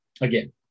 Again